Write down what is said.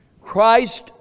Christ